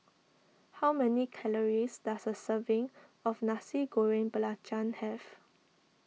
how many calories does a serving of Nasi Goreng Belacan have